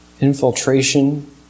infiltration